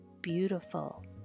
beautiful